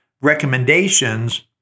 recommendations